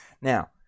Now